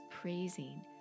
praising